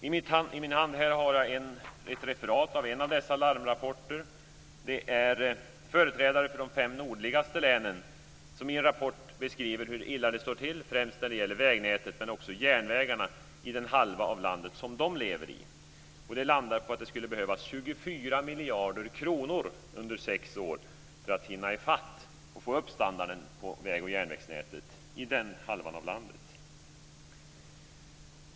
I min hand här har jag ett referat av en av dessa larmrapporter. Det är företrädare för de fem nordligaste länen som i en rapport beskriver hur illa det står till främst när det gäller vägnätet men också när det gäller järnvägarna i den halva av landet som de lever i. Enligt rapporten skulle det behövas 24 miljarder kronor under sex år för att man ska hinna i fatt och få upp standarden på väg och järnvägsnätet i den halvan av landet.